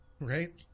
Right